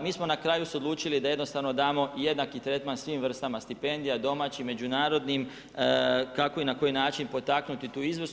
mi smo na kraju se odlučili da jednostavno damo jednaki tretman svim vrstama stipendija, domaćim, međunarodnim, kako i na koji način potaknuti tu izvrsnost.